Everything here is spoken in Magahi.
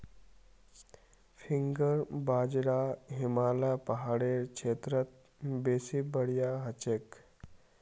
फिंगर बाजरा हिमालय पहाड़ेर क्षेत्रत बेसी बढ़िया हछेक